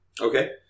Okay